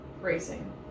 racing